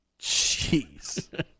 Jeez